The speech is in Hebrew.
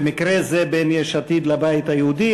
במקרה זה בין יש עתיד לבית היהודי,